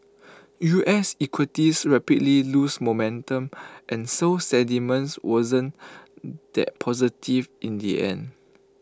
us equities rapidly lose momentum and so sentiment wasn't that positive in the end